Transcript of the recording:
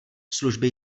služby